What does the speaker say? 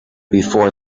before